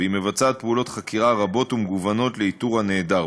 ומבצעת פעולות חקירה רבות ומגוונות לאיתור כל נעדר.